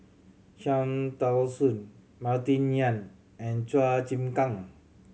Cham Tao Soon Martin Yan and Chua Chim Kang